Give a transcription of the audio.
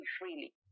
freely